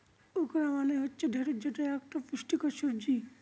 okra মানে হচ্ছে ঢ্যাঁড়স যেটা একতা পুষ্টিকর সবজি